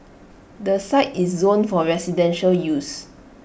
the site is zoned for residential use